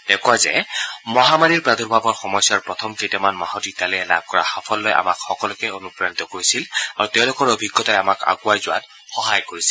তেওঁ কয় যে মহামাৰীৰ প্ৰাদুৰ্ভাৱৰ সময়ছোৱাৰ প্ৰথম কেইটামান মাহত ইটালীয়ে লাভ কৰা সাফল্যই আমাক সকলোকে অনুপ্ৰাণিত কৰিছিল আৰু তেওঁলোকৰ অভিজ্ঞতাই আমাক আগুৱাই যোৱাত সহায় কৰিছিল